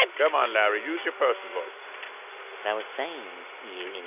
um come on, larry. use your person voice what i was saying, you and